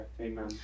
Amen